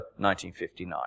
1959